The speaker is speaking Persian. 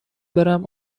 برم